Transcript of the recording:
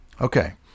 Okay